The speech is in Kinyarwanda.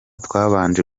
twabanje